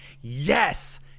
yes